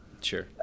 Sure